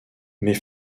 mais